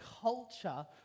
culture